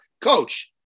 Coach